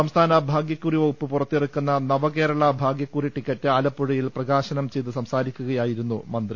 സംസ്ഥാന ഭാഗ്യക്കുറി വകുപ്പ് പുറത്തിറക്കുന്ന നവകേരള ഭാഗ്യക്കുറി ടിക്കറ്റ് ആലപ്പുഴയിൽ പ്രകാശനം ചെയ്ത് സംസാരിക്കുകയായിരുന്നു മന്ത്രി